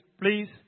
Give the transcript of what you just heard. Please